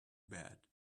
bad